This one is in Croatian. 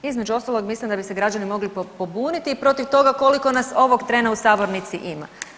Između ostalog mislim da bi se građani mogli pobuniti i protiv toga koliko nas ovog trena u sabornici ima.